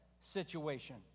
situation